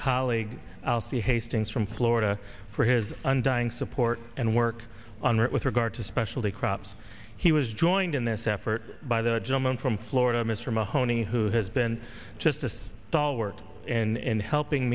colleague alcee hastings from florida for his undying support and work on that with regard to specialty crops he was joined in this effort by the gentleman from florida mr mahoney who has been just this stalwart and helping